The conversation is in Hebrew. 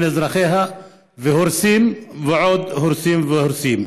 אזרחיה והורסים ועוד הורסים והורסים,